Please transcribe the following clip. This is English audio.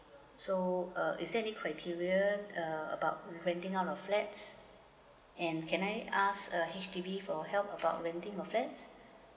so uh is there any criteria uh about renting out a flat and can I ask uh H_D_B for help about renting a flat